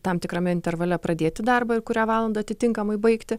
tam tikrame intervale pradėti darbą ir kurią valandą atitinkamai baigti